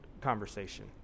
conversation